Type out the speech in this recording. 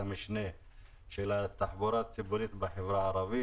המשנה לתחבורה ציבורית בחברה הערבית,